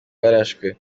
barashwe